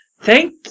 thank